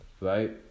right